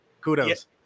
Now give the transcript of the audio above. Kudos